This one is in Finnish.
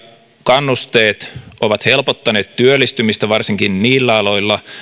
kannusteet ovat helpottaneet työllistymistä varsinkin niillä aloilla